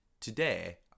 today